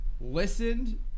listened